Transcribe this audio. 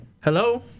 Hello